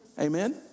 Amen